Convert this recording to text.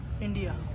India